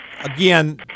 Again